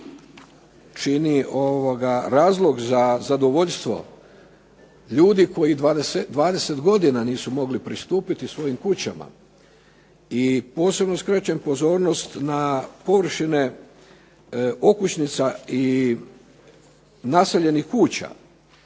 čini razlog za zadovoljstvo ljudi koji 20 godina nisu mogli pristupiti svojim kućama i posebno skrećem pozornost na površine okućnica i naseljenih kuća